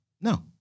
No